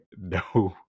no